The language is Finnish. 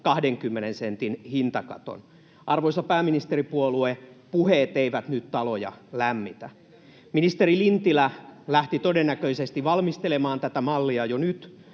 20 sentin hintakaton. Arvoisa pääministeripuolue, puheet eivät nyt taloja lämmitä. Ministeri Lintilä lähti todennäköisesti valmistelemaan tätä mallia jo nyt,